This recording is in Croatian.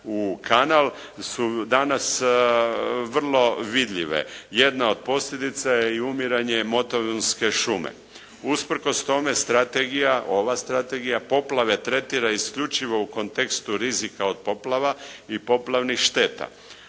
u kanal su danas vrlo vidljive. Jedna od posljedica je i umiranje motovunske šume. Usprkos tome strategija, ova strategija poplave tretira isključivo u kontekstu rizika od poplava i poplavnih šteta.